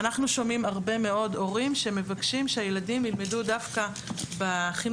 ואנחנו שומעים הרבה מאוד הורים שמבקשים שהילדים ילמדו דווקא בחינוך